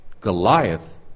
Goliath